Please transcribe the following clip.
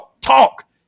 talk